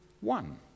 one